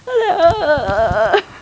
I was like uh